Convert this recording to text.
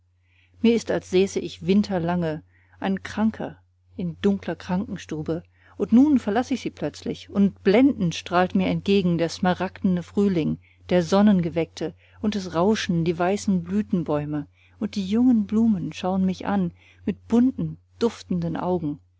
mir ist als säße ich winterlange ein kranker in dunkler krankenstube und nun verlaß ich sie plötzlich und blendend strahlt mir entgegen der smaragdene frühling der sonnengeweckte und es rauschen die weißen blütenbäume und die jungen blumen schauen mich an mit bunten duftenden augen